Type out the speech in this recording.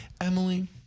Emily